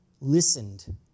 listened